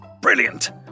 Brilliant